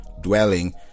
dwelling